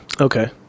Okay